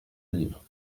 livre